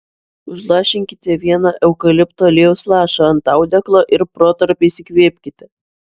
užlašinkite vieną eukalipto aliejaus lašą ant audeklo ir protarpiais įkvėpkite